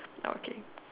okay